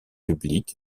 public